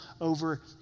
over